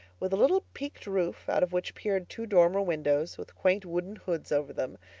with a little peaked roof out of which peered two dormer windows, with quaint wooden hoods over them,